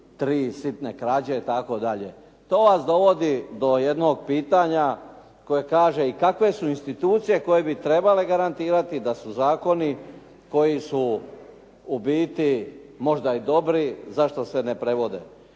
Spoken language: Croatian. tri sitne krađe i tako dalje. To vas dovodi do jednog pitanje koje kaže kakve su institucije koje bi trebale garantirati da su zakoni koji su ubiti možda i dobri, zašto se ne prevode.